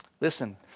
Listen